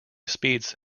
speeds